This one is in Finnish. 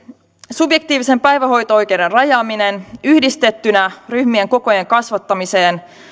subjektiivisen päivähoito oikeuden rajaaminen yhdistettynä ryhmien kokojen kasvattamiseen